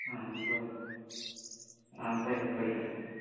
हां बरें आं बरें पळयता